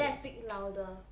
okay I speak louder